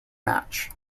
match